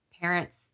parents